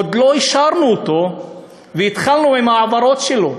עוד לא אישרנו אותו והתחלנו עם ההעברות שלו,